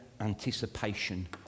anticipation